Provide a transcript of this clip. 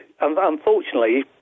unfortunately